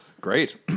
Great